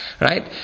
right